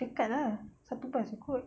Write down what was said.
dekat ah satu bus jer kot